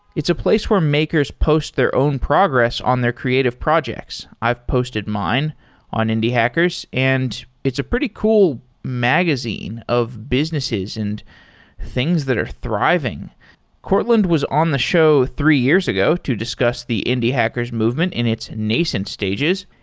it's a place where makers post their own progress on their creative projects. i've posted mine on indie hackers, and it's a pretty cool magazine of businesses and things that are thriving courtland was on the show three years ago to discuss the indie hackers movement in its nascent stages,